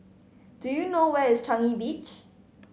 do you know where is Changi Beach